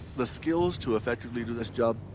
the skills to effectively do this job,